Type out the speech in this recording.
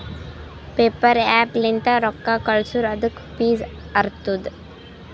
PayPal app ಲಿಂತ್ ರೊಕ್ಕಾ ಕಳ್ಸುರ್ ಅದುಕ್ಕ ಫೀಸ್ ಇರ್ತುದ್